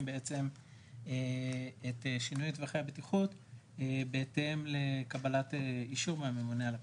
את שינוי טווחי הבטיחות בהתאם לקבלת אישור מהממונה על הקרינה.